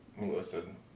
listen